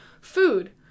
Food